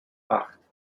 acht